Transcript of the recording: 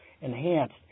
enhanced